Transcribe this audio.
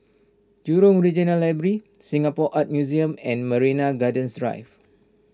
Jurong Regional Library Singapore Art Museum and Marina Gardens Drive